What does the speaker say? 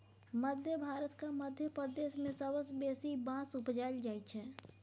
मध्य भारतक मध्य प्रदेश मे सबसँ बेसी बाँस उपजाएल जाइ छै